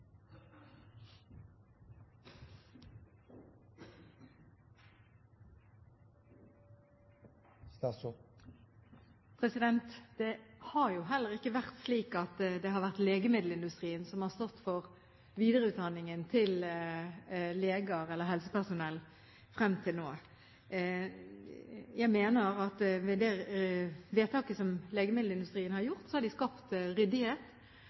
Det har heller ikke vært slik at det har vært legemiddelindustrien som frem til nå har stått for videreutdanningen til leger eller helsepersonell. Jeg mener at man med det vedtaket som legemiddelindustrien har gjort, har skapt ryddighet.